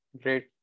great